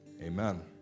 Amen